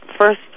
first